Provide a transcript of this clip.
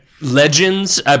Legends